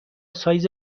سایز